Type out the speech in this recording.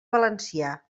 valencià